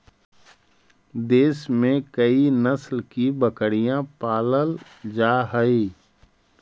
देश में कई नस्ल की बकरियाँ पालल जा हई